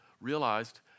realized